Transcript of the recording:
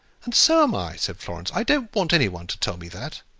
and so am i, said florence. i don't want any one to tell me that.